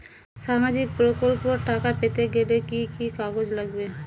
সামাজিক প্রকল্পর টাকা পেতে গেলে কি কি কাগজ লাগবে?